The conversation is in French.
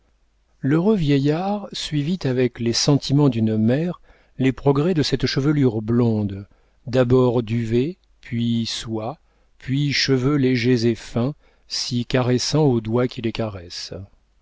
l'heureux vieillard suivit avec les sentiments d'une mère les progrès de cette chevelure blonde d'abord duvet puis soie puis cheveux légers et fins si caressants aux doigts qui les caressent